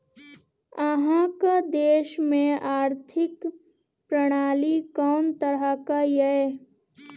अहाँक देश मे आर्थिक प्रणाली कोन तरहक यै?